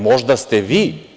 Možda ste vi.